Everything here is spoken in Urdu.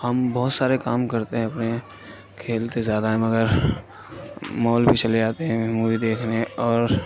ہم بہت سارے کام کرتے ہیں اپنے کھیلتے زیادہ ہیں مگر مال بھی چلے جاتے ہیں مووی دیکھنے اور